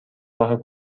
راه